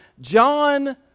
John